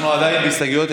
אנחנו עדיין בהסתייגויות.